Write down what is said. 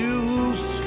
use